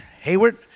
Hayward